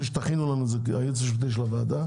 היועמ"ש של הוועדה,